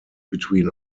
between